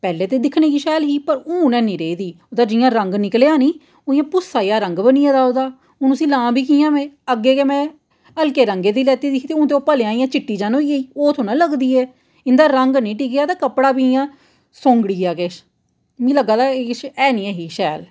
पैह्लें ते दिक्खने गी शैल ही पर हून हैन्नीं रेह्दी ओह्दा जि'यां रंग निकलेआ निं हून इ'यां पुह्स्सा जनेहा रंग बनी गेदा उ'दा हून उसी लां बी कि'यां में अग्गें गै हल्के रंगे दी लैती दी ही हून ते ओह् भलेआं चिट्टी जन होई गेई ओह् थोह्ड़ा लगदी ऐ इं'दा रंग निं टिकेआ ते कपड़ा बी इ'यां सौंगड़िया किश मिगी लग्गै दा किश है निं ऐ ही शैल